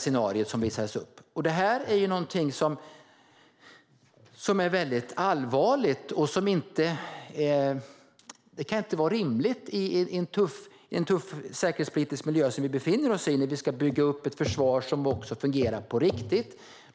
Det här är väldigt allvarligt, och det kan inte vara rimligt i den säkerhetspolitiskt tuffa miljö som vi befinner oss i när vi ska bygga upp ett försvar som också fungerar på riktigt.